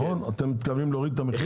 אתם מתכוונים להוריד את המחיר?